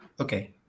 okay